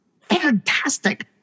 Fantastic